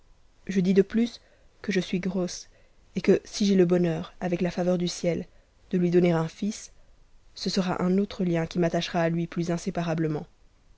je dis de plus que je suis grosse et que si j'ai le bonheur avec la faveur du ciel de lui donner un fils ce sera un autre lien qui n chera a lui plus inséparablement